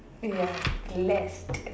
ya blessed